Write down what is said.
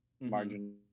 margin